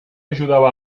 ajudava